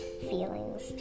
feelings